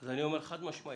אני אומר חד-משמעית: